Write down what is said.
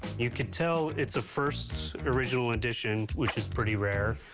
you can tell it's a first original edition, which is pretty rare,